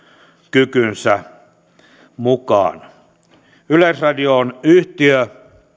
maksukykynsä mukaan yleisradio on yhtiö